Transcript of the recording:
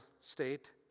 state